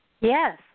Yes